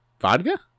Vodka